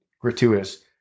gratuitous